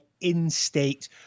in-state